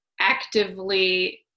actively